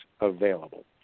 available